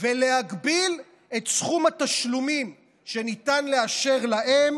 ולהגביל את סכום התשלומים שניתן לאשר להם